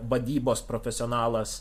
vadybos profesionalas